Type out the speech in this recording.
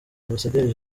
ambasaderi